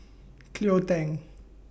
Cleo Thang